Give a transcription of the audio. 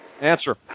Answer